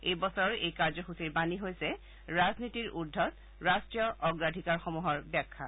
এইবছৰৰ এই কাৰ্যসূচীৰ বাণী হৈছে ৰাজনীতিৰ উৰ্ধত ৰাষ্ট্ৰীয় অগ্ৰাধিকাৰসমূহৰ ব্যাখ্যা